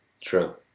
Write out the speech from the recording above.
True